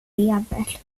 lever